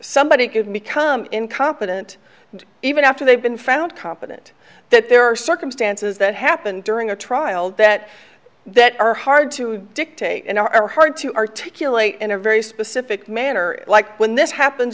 somebody could become incompetent and even after they've been found competent that there are circumstances that happened during a trial that that are hard to dictate and are hard to articulate in a very specific manner like when this happens